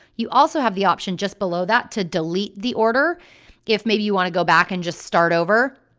you also have the option just below that to delete the order if maybe you want to go back and just start over,